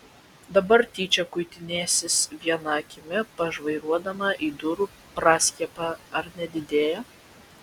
dabar tyčia kuitinėsis viena akimi pažvairuodama į durų praskiepą ar nedidėja